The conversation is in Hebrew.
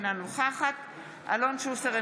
אינה נוכחת אלון שוסטר,